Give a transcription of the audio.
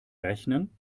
rechnen